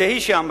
זה היא שאמרה.